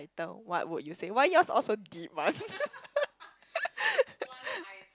later what would you save why yours all so deep one